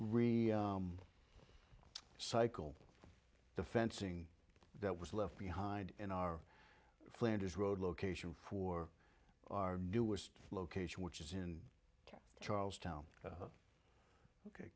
really cycle the fencing that was left behind in our flinders road location for our newest location which is in charles town